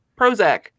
prozac